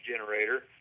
generator